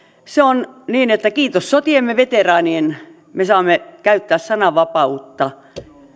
se on niin että kiitos sotiemme veteraanien me saamme käyttää sananvapautta